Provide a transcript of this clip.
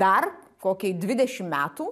dar kokiai dvidešim metų